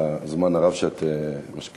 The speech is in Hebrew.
על הזמן הרב שאת משקיעה,